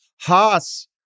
Haas